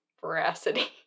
veracity